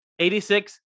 86